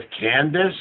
Candace